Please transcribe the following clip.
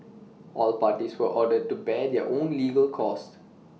all parties were ordered to bear their own legal costs